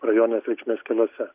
rajoninės reikšmės keliuose